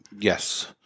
Yes